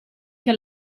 che